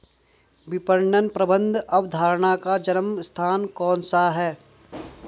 विपणन प्रबंध अवधारणा का जन्म स्थान कौन सा है?